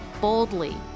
boldly